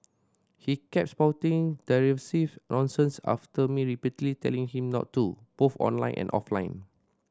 he kept spouting derisive nonsense after me repeatedly telling him not to both online and offline